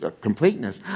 completeness